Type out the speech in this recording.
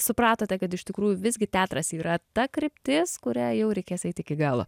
supratote kad iš tikrųjų visgi teatras yra ta kryptis kuria jau reikės eit iki galo